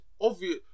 obvious